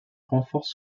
renforce